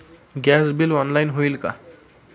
Gas bill online होईल का?